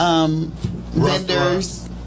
vendors